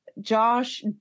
josh